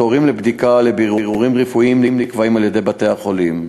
התורים לבדיקות ולבירורים רפואיים נקבעים על-ידי בתי-החולים,